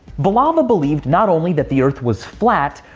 voliva believed not only that the earth was flat,